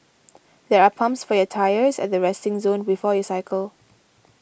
there are pumps for your tyres at the resting zone before you cycle